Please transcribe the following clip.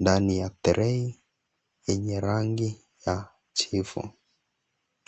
ndani ya trei yenye rangi ya jivu.